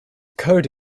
code